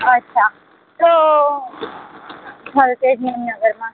અચ્છા તો થલતેજ મેમનગરમાં